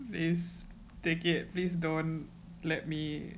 please take it plase don't let me